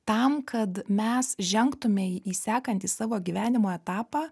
tam kad mes žengtume į sekantį savo gyvenimo etapą